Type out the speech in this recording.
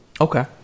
Okay